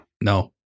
No